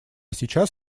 сейчас